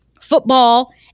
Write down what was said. football